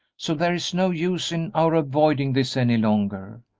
so there is no use in our avoiding this any longer.